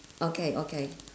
okay okay